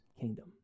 kingdom